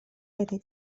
этой